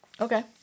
okay